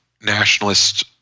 nationalist